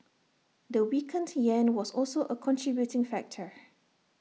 the weakened Yen was also A contributing factor